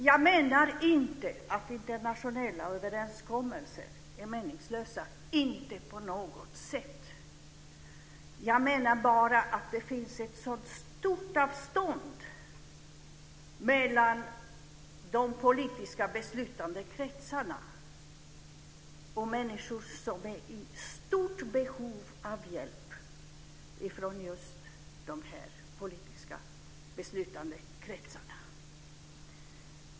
Jag menar inte att internationella överenskommelser är meningslösa - inte på något sätt. Jag menar bara att det finns ett så stort avstånd mellan de politiska beslutande kretsarna och människor som är i stort behov av hjälp från just de här politiska beslutande kretsarna.